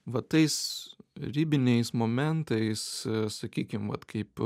va tais ribiniais momentais sakykim vat kaip